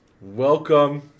Welcome